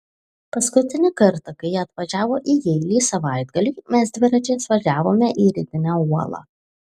paskutinį kartą kai ji atvažiavo į jeilį savaitgaliui mes dviračiais važiavome į rytinę uolą